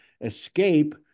escape